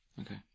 Okay